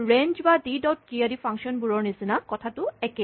range বা D dot কী আদি ফাংচনবোৰৰ নিচিনা কথাটো একেই